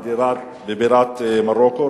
בבירת מרוקו,